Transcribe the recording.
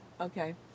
Okay